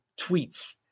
tweets